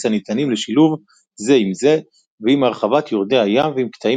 הניתנים לשילוב זה עם זה ועם הרחבת יורדי הים ועם קטעים